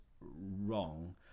wrong